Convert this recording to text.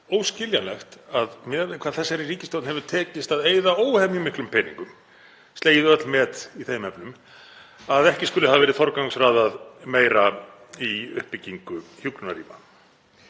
óskiljanlegt miðað við hvað þessari ríkisstjórn hefur tekist að eyða óhemjumiklum peningum, slegið öll met í þeim efnum, að ekki skuli hafa verið forgangsraðað meira í uppbyggingu hjúkrunarrýma.